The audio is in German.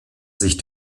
sich